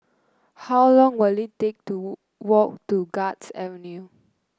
how long will it take to walk to Guards Avenue